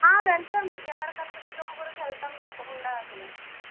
వెళ్తాము విజయవాడ కనకదుర్గమ్మ గుడికి వెళ్తాము తప్పకుండా అసలు